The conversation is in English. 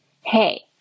Hey